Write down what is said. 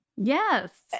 Yes